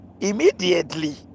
immediately